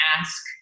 ask